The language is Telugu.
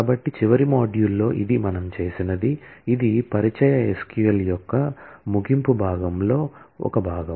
కాబట్టి చివరి మాడ్యూల్లో ఇది మనం చేసినది ఇది పరిచయ SQL యొక్క ముగింపు భాగంలో భాగం